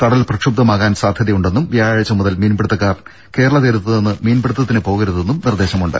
കടൽ പ്രക്ഷുബ്ധമാകാൻ സാധ്യതയുണ്ടെന്നും വ്യാഴാഴ്ചമുതൽ മീൻപിടുത്തക്കാർ കേരള തീരത്തുനിന്ന് മീൻപിടുത്തത്തിന് പോകരുതെന്നും നിർദ്ദേശമുണ്ട്